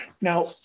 Now